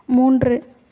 மூன்று